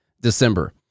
December